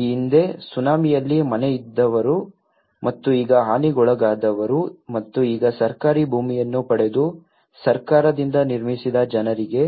ಈ ಹಿಂದೆ ಸುನಾಮಿಯಲ್ಲಿ ಮನೆ ಇದ್ದವರು ಮತ್ತು ಈಗ ಹಾನಿಗೊಳಗಾದವರು ಮತ್ತು ಈಗ ಸರ್ಕಾರಿ ಭೂಮಿಯನ್ನು ಪಡೆದು ಸರ್ಕಾರದಿಂದ ನಿರ್ಮಿಸಿದ ಜನರಿಗೆ